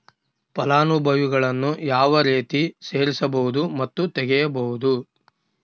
ಫಲಾನುಭವಿಗಳನ್ನು ಯಾವ ರೇತಿ ಸೇರಿಸಬಹುದು ಮತ್ತು ತೆಗೆಯಬಹುದು?